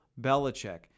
Belichick